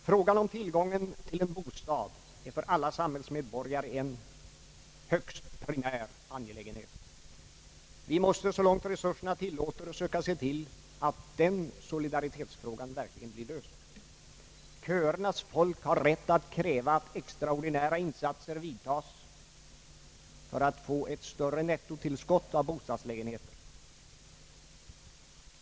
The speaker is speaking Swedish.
Frågan om tillgången till en bostad är för alla samhällsmedborgare en primär angelägenhet. Vi måste så långt resurserna tillåter söka se till att den solidaritetsfrågan verkligen blir löst. Köernas folk har rätt att kräva att extraordinära insatser vidtas för att få ett större nettotillskott av bostadslägenheter.